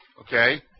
okay